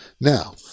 Now